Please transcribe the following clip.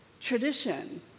tradition